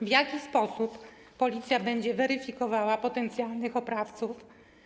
W jaki sposób Policja będzie weryfikowała potencjalnych oprawców?